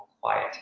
Quiet